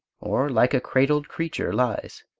or like a cradled creature lies.